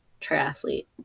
triathlete